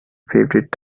favorite